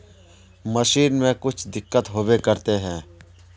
Machine में कुछ दिक्कत होबे करते है?